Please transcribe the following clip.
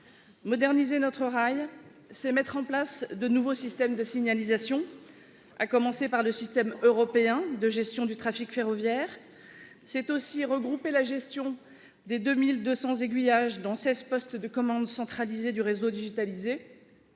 Moderniser notre rail, c'est mettre en place de nouveaux systèmes de signalisation, à commencer par le Système européen de gestion du trafic ferroviaire. C'est aussi regrouper la gestion des 2 200 aiguillages dans seize postes de commande centralisés du réseau digitalisé.